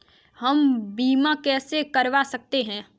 हम बीमा कैसे करवा सकते हैं?